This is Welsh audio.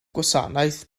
gwasanaeth